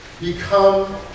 become